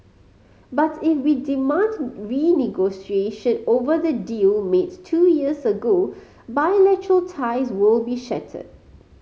but if we demand renegotiation over the deal makes two years ago bilateral ties will be shattered